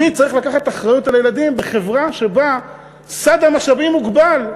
מי צריך לקחת אחריות על הילדים בחברה שבה סד המשאבים מוגבל.